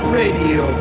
radio